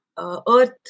Earth